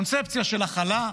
קונספציה של הכלה,